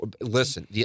listen